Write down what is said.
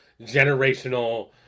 generational